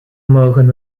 mogen